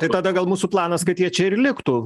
tai tada gal mūsų planas kad jie čia ir liktų